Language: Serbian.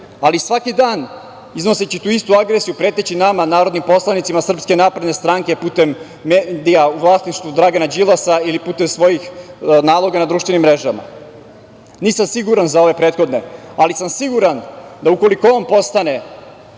ali svaki dan, iznoseći tu istu agresiju, preteći nama, narodnim poslanicima SNS, putem medija u vlasništvu Dragana Đilasa ili putem svojih naloga na društvenim mrežama. Nisam siguran za ove prethodne, ali sam siguran da ukoliko on postane